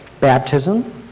baptism